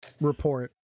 report